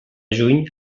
juny